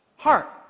Heart